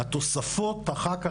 התוספות אחר כך,